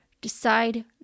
decide